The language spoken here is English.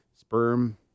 sperm